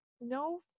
no